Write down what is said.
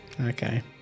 Okay